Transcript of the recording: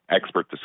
expert